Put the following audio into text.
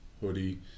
hoodie